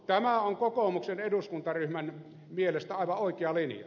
tämä on kokoomuksen eduskuntaryhmän mielestä aivan oikea linjaus